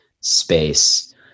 space